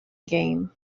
game